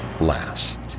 last